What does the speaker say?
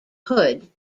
hood